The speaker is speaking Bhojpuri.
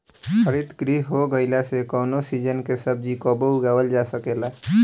हरितगृह हो गईला से कवनो सीजन के सब्जी कबो उगावल जा सकेला